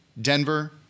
Denver